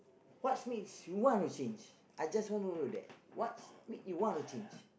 what's makes you wanna change I just want to know of that what's make you wanna change